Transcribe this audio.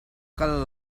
kal